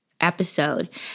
episode